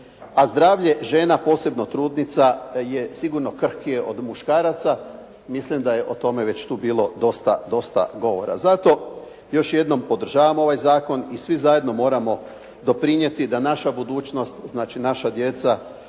A zdravlje žena posebno trudnica je sigurno krhkije od muškaraca. Mislim da je o tome već tu bilo dosta govora. Zato još jednom podržavam ovaj zakon i svi zajedno moramo doprinijeti da naša budućnost znači naša djeca